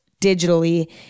digitally